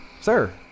sir